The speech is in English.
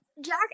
Jack